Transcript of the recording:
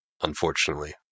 unfortunately